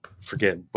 forget